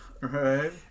Right